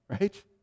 Right